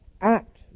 act